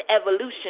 evolution